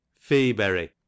Feeberry